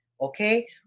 Okay